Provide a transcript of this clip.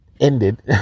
ended